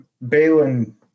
Balin